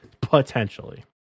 Potentially